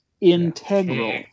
integral